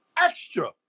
extra